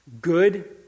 good